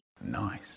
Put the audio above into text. Nice